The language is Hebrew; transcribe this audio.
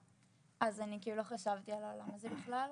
הביניים אז אני כאילו לא חשבתי על העולם הזה בכלל.